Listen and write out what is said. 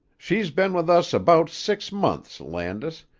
she's been with us about six months, landis,